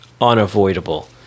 unavoidable